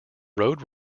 road